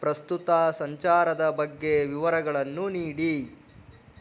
ಪ್ರಸ್ತುತ ಸಂಚಾರದ ಬಗ್ಗೆ ವಿವರಗಳನ್ನೂ ನೀಡಿ